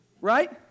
Right